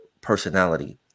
personality